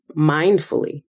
mindfully